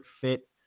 fit